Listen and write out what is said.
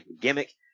gimmick